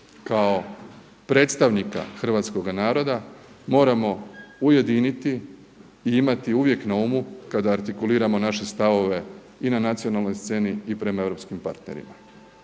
kao predstavnika hrvatskoga naroda moramo ujediniti i imati uvijek na umu kada artikuliramo naše stavove i na nacionalnoj sceni i prema europskim partnerima.